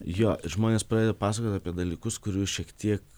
jo ir žmonės pradeda pasakot apie dalykus kurių šiek tiek